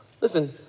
Listen